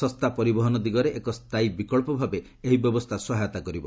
ଶସ୍ତା ପରିବହନ ଦିଗରେ ଏକ ସ୍ଥାୟୀ ବିକ୍ସବ ଭାବେ ଏହି ବ୍ୟବସ୍ଥା ସହାୟତା କରିବ